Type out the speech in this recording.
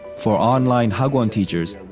for online hagwon teachers,